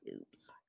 Oops